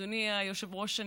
אדוני היושב-ראש,